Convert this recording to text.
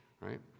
Right